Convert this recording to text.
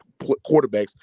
quarterbacks